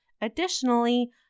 Additionally